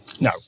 No